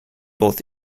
both